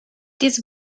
diese